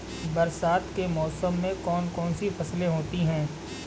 बरसात के मौसम में कौन कौन सी फसलें होती हैं?